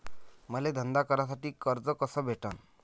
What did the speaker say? मले धंदा करासाठी कर्ज कस भेटन?